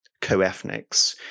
Co-ethnics